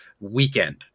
weekend